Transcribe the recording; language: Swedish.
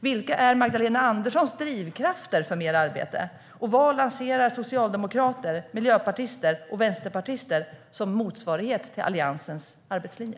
Vilka är Magdalena Anderssons drivkrafter för mer arbete? Vad lanserar socialdemokrater, miljöpartister och vänsterpartister som motsvarighet till Alliansens arbetslinje?